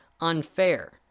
unfair